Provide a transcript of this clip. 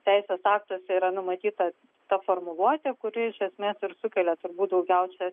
teisės aktuose yra numatytas ta formuluotė kuri iš esmės ir sukelia turbūt daugiausiai